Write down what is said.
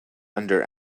under